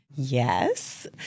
Yes